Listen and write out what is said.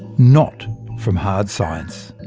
not from hard science.